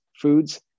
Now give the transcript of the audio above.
foods